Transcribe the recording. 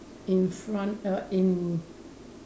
in front err in